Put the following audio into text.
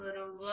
बरोबर